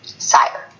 sire